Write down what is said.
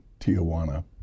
Tijuana